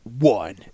one